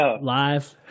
Live